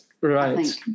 right